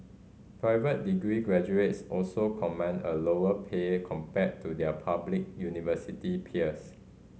private degree graduates also command a lower pay compared to their public university peers